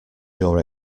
your